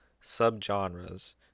sub-genres